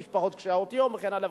משפחות קשות-יום וכן הלאה,